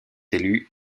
élu